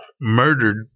murdered